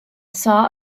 saw